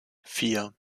vier